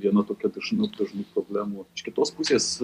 viena tokia dažnų dažnų problemų iš kitos pusės